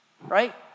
right